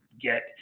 get